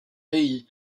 pays